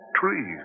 Trees